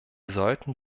sollten